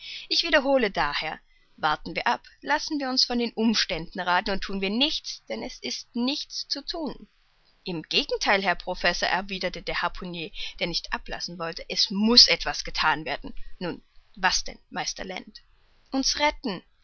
ich wiederhole daher warten wir ab lassen wir uns von den umständen rathen und thun wir nichts denn es ist nichts zu thun im gegentheil herr professor erwiderte der harpunier der nicht ablassen wollte es muß etwas gethan werden nun was denn meister land uns retten